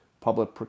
public